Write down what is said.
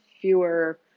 fewer